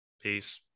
Peace